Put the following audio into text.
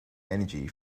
energy